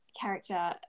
character